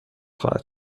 خواهد